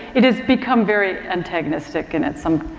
it has become very antagonistic and at some,